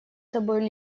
собой